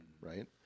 right